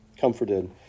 comforted